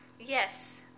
Yes